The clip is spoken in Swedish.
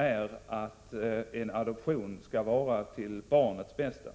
är att en adoption skall vara till barnets bästa.